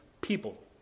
people